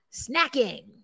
snacking